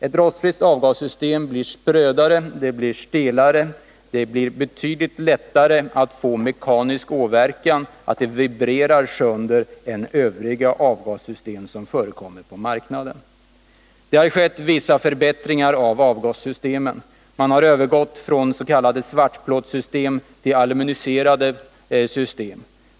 Ett rostfritt avgassystem blir sprödare, stelare och betydligt lättare att göra mekanisk åverkan på, och det vibrerar också sönder lättare än övriga avgassystem som förekommer på marknaden. Det har skett vissa förbättringar i avgassystemen. Man har övergått från s.k. svartplåtsystem till aluminerade system.